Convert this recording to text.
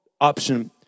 option